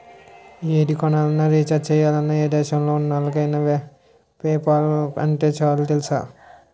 ఏది కొనాలన్నా, రీచార్జి చెయ్యాలన్నా, ఏ దేశంలో ఉన్నోళ్ళకైన పేపాల్ ఉంటే చాలు తెలుసా?